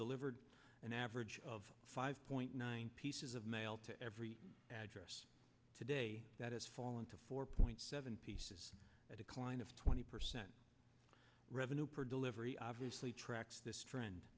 delivered an average of five point nine pieces of mail to every address today that has fallen to four point seven pieces a decline of twenty percent revenue per delivery obviously tracks this trend